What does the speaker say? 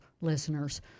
listeners